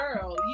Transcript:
girl